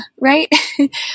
Right